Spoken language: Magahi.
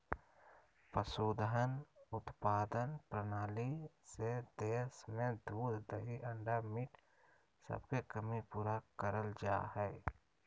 पशुधन उत्पादन प्रणाली से देश में दूध दही अंडा मीट सबके कमी पूरा करल जा हई